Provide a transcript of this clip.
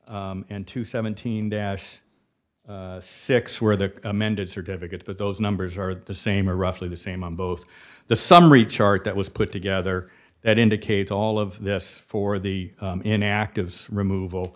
to seventeen dash six where the amended certificate but those numbers are the same or roughly the same on both the summary chart that was put together that indicates all of this for the inactive removal